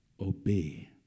obey